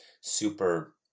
super